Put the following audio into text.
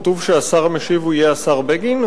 כתוב שהשר המשיב יהיה השר בגין?